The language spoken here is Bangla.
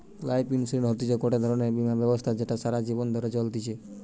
লাইফ ইন্সুরেন্স হতিছে গটে ধরণের বীমা ব্যবস্থা যেটা সারা জীবন ধরে চলতিছে